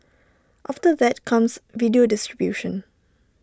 after that comes video distribution